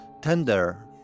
tender